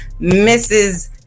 Mrs